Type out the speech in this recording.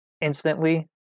instantly